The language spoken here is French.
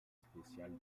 spéciale